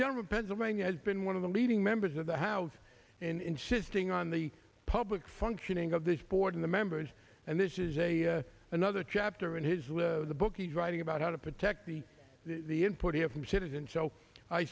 general pennsylvania has been one of the leading members of the house insisting on the public functioning of this board in the members and this is a another chapter in his live the book he's writing about how to protect the the input here from citizen so i